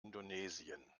indonesien